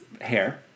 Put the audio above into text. hair